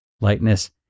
lightness